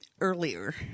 earlier